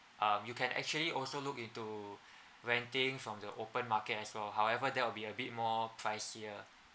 um you can actually also look into renting from the open market as well however there will be a bit more pricier